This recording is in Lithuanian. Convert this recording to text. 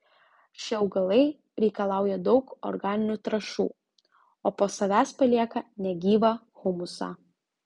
šie augalai reikalauja daug organinių trąšų o po savęs palieka negyvą humusą